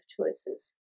choices